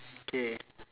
okay